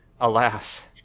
alas